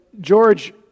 George